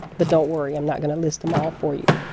but, don't worry, i'm not going to list them all for you.